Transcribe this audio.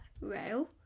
rail